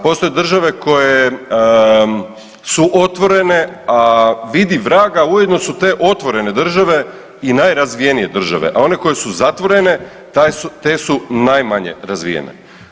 Postoje države koje su otvorene, a vidi vraga, ujedno su te otvorene države i najrazvijenije države, a one koje su zatvorene te su najmanje razvijene.